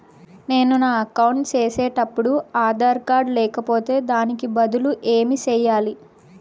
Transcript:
నేను నా అకౌంట్ సేసేటప్పుడు ఆధార్ కార్డు లేకపోతే దానికి బదులు ఏమి సెయ్యాలి?